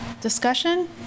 Discussion